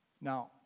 Now